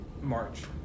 March